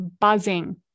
buzzing